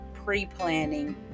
Pre-planning